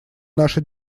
наша